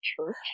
Church